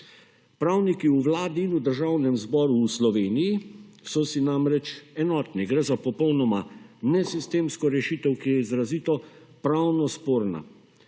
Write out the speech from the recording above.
Pravniki v Vladi in v Državnem zboru v Sloveniji so si namreč enotni, gre za popolnoma nesistemsko rešitev, ki je izrazito pravno sporna.